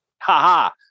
ha-ha